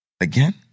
Again